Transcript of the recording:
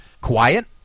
quiet